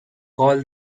call